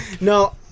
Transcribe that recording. No